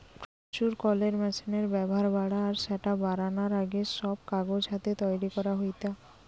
প্রচুর কলের মেশিনের ব্যাভার বাড়া আর স্যাটা বারানার আগে, সব কাগজ হাতে তৈরি করা হেইতা